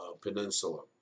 Peninsula